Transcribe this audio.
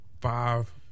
five